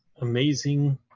amazing